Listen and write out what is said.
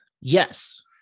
Yes